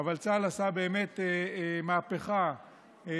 אבל צה"ל עשה מהפכה בהכשרות